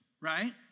right